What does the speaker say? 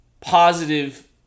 positive